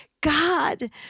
God